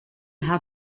have